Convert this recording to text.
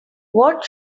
what